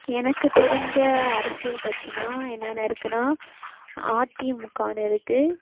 எனக்குத் தெரிஞ்ச அரசியல் கட்சினால் என்னென்ன இருக்குதுன்னா அதிமுகனு இருக்குது